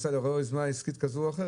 -- יוזמה עסקית כזאת או אחרת.